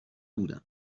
بودم